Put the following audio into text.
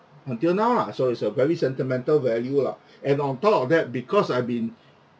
until now lah so it's a very sentimental value lah and on top of that because I've been